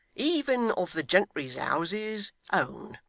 even of the gentry's houses, own.